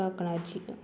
कांकणाची